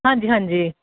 ਹਾਂਜੀ ਹਾਂਜੀ